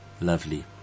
Lovely